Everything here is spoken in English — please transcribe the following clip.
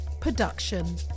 production